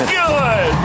good